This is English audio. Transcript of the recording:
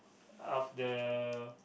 of the